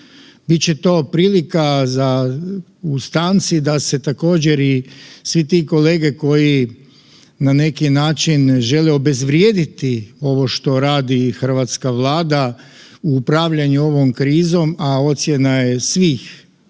Bit će to prilika u stanci da se također i svi ti kolege koji na neki način žele obezvrijediti ovo što radi hrvatska Vlada u upravljanju ovo krizom, a ocjena je svih